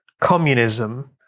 communism